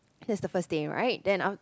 that's the first day right then